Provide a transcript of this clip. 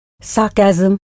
sarcasm